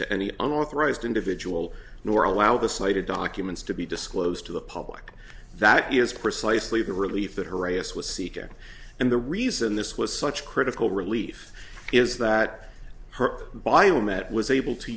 to any unauthorized individual nor allow the cited documents to be disclosed to the public that is precisely the relief that harass was seeking and the reason this was such critical relief is that her biomet was able to